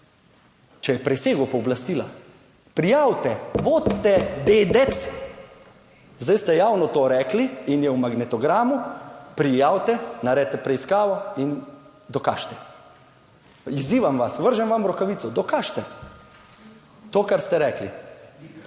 če je presegel pooblastila, prijavite! Bodite dedec, zdaj ste javno to rekli in je v magnetogramu. Prijavite, naredite preiskavo in dokažite. Izzivam vas, vržem vam rokavico, dokažite to, kar ste rekli,